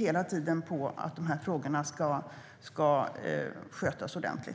hela tiden med att frågorna ska skötas ordentligt.